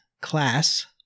Class